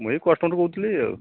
ମୁଁ ଏଇ କଷ୍ଟମର୍ କହୁଥିଲି ଆଉ